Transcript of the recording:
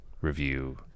review